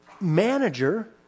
manager